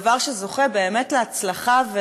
זה דבר שזוכה באמת להצלחה,